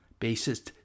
Bassist